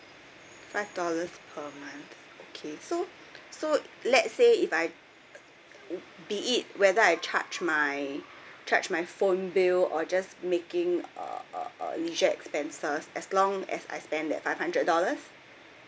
five dollars per month okay so so let's say if I be it whether I charge my charge my phone bill or just making uh uh uh leisure expenses as long as I spend that five hundred dollars